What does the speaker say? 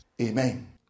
Amen